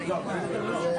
שמונה.